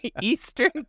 eastern